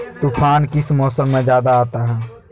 तूफ़ान किस मौसम में ज्यादा आता है?